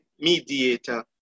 mediator